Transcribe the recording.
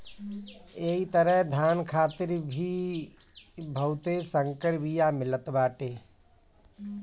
एही तरहे धान खातिर भी बहुते संकर बिया मिलत बाटे